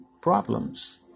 problems